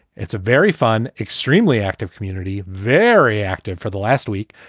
it's a very fun. extremely active community. very active for the last week.